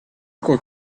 col